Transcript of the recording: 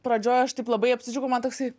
pradžioj aš taip labai apsidžiaugiau man toksai